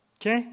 Okay